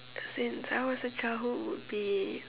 since I was a childhood would be